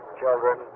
children